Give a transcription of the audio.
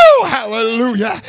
hallelujah